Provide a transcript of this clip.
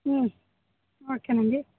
okay అండి